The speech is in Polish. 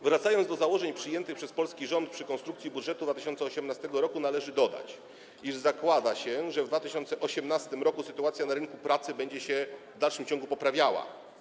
Wracając do założeń przyjętych przez polski rząd przy konstrukcji budżetu na 2018 r., należy dodać, iż zakłada się, że w 2018 r. sytuacja na rynku pracy będzie się w dalszym ciągu poprawiała.